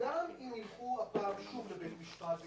גם אם ילכו הפעם שוב לבית משפט,